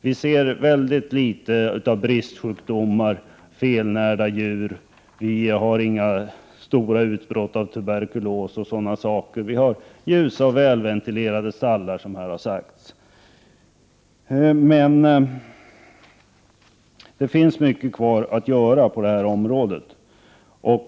Man ser mycket litet av bristsjukdomar och felnärda djur, och det sker inte några stora utbrott av tuberkulos osv. Stallarna är ljusa och välventilerade, som har sagts här. Det finns ändå mycket kvar att göra på det här området.